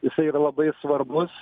jisai yra labai svarbus